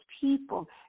people